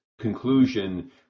conclusion